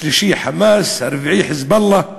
השלישי "חמאס", הרביעי "חיזבאללה",